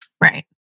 Right